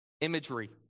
imagery